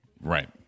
Right